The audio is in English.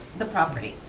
the property.